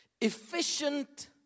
Efficient